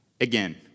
Again